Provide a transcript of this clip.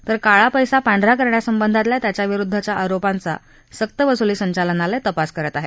तर काळा पैसा पांढरा करण्यासंबंधातल्या त्याच्याविरुद्धच्या आरोपांचा सक्तवसुली संचालनालय तपास करत आहे